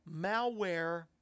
malware